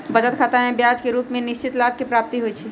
बचत खतामें ब्याज के रूप में निश्चित लाभ के प्राप्ति होइ छइ